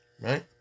right